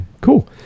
Cool